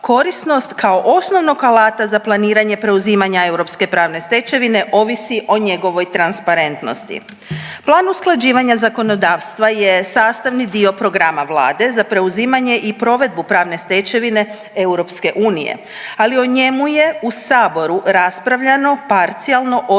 korisnost kao osnovnog alata za planiranje preuzimanja europske pravne stečevine ovisi o njegovoj transparentnosti. Plan usklađivanja zakonodavstva je sastavni dio programa Vlade za preuzimanje i provedbu pravne stečevine EU, ali o njemu je u saboru raspravljano parcijalno odnosno